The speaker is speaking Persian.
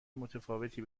متفاوتی